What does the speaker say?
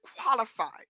qualified